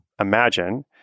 imagine